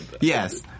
Yes